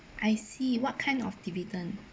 I see what kind of dividend